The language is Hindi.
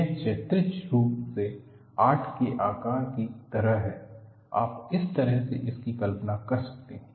यह क्षैतिज रूप से आठ के आकर की तरह है आप इस तरह से इसकी कल्पना कर सकते हैं